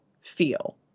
feel